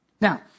Now